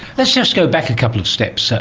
let's just go back a couple of steps.